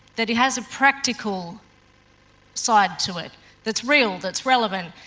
that it has a practical side to it that's real, that's relevant,